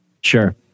Sure